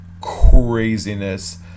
Craziness